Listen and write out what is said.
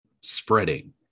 spreading